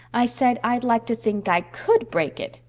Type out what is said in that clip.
i said i'd like to think i could break it.